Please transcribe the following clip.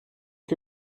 que